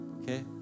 okay